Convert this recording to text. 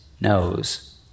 knows